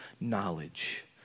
knowledge